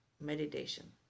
meditation